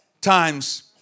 times